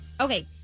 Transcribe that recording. Okay